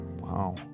Wow